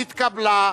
נתקבלה.